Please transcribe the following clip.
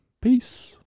Peace